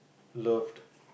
loved